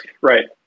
Right